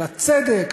על הצדק,